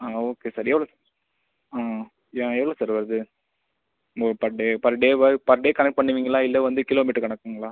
okay sir எவ் ம் எவ்வளவு சார் வருது இந்த ஒரு per day per day per day கணக்கு பண்ணுவிங்களா இல்லை வந்து கிலோமீட்டர் கணக்குங்களா